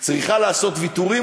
צריכה לעשות ויתורים,